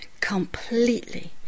completely